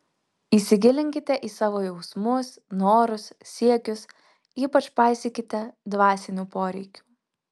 įsigilinkite į savo jausmus norus siekius ypač paisykite dvasinių poreikių